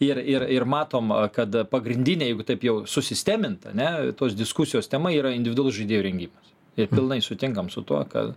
ir ir ir matom kad pagrindiniai jeigu taip jau susistemint ane tos diskusijos tema yra individualus žaidėjų rengimas ir pilnai sutinkam su tuo kad